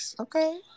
Okay